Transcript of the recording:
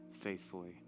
faithfully